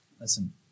Listen